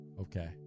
Okay